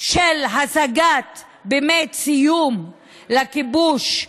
של השגת סיום לכיבוש,